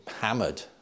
hammered